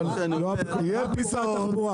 אבל יהיה פתרון.